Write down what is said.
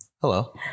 hello